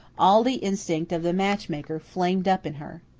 all the instinct of the matchmaker flamed up in her.